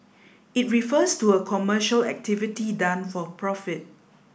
it refers to a commercial activity done for profit